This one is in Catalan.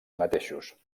mateixos